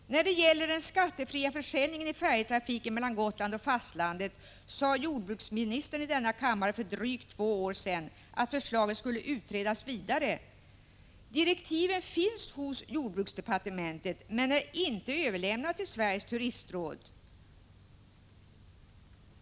När det gäller den skattefria försäljningen i färjetrafiken mellan Gotland och fastlandet sade jordbruksministern i denna kammare för drygt två år sedan att förslaget skulle utredas vidare. Direktiven finns på jordbruksdepartementet men är inte överlämnade till Sveriges turistråd.